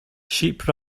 sheep